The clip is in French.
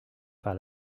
par